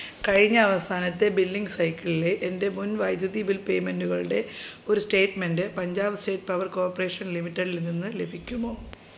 കഴിഞ്ഞ അവസാനത്തെ ബില്ലിംഗ് സൈക്കളിലെ എൻ്റെ മുൻ വൈദ്യുതി ബിൽ പേയ്മെൻ്റുകളുടെ ഒരു statement Punjab state power corporation ലിമിറ്റഡിൽ നിന്ന് ലഭിക്കുമോ